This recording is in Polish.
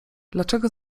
dlaczego